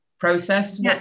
process